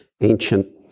ancient